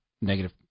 negative